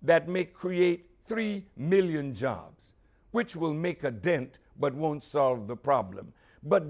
that may create three million jobs which will make a dent but won't solve the problem but